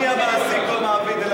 מעסיק או מעביד?